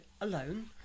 alone